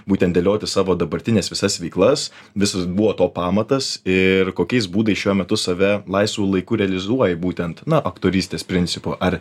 būtent dėlioti savo dabartines visas veiklas visos buvo to pamatas ir kokiais būdais šiuo metu save laisvu laiku realizuoji būtent na aktorystės principu ar